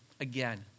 again